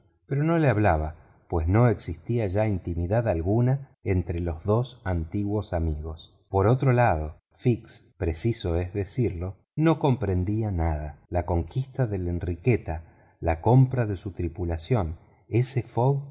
pero no le hablaba pues no existía ya intimidad alguna entre los dos antiguos amigos por otro lado fix preciso es decirlo no comprendía nada la conquista de la enriqueta la compra de su tripulación ese fogg